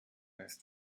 ist